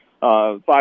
five